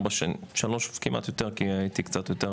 קצת יותר